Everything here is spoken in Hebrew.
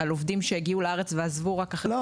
על עובדים שהגיעו לארץ ועזבו רק אחרי תקופה.